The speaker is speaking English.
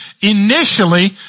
Initially